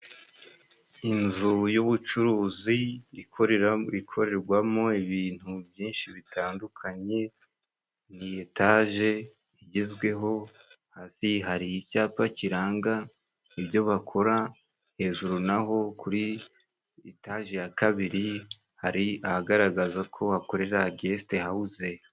Inzu y'ubucuruzi ikorera ikorerwamo ibintu byinshi bitandukanye, ni etaje igezweho hasi hari icyapa kiranga ibyo bakora, hejuru naho kuri etaje ya kabiri hari ahagaragaza ko bakorera gesite hawuse.